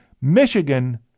Michigan